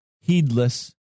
heedless